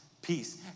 peace